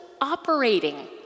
operating